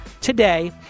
today